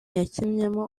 yakinnyemo